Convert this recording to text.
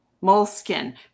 moleskin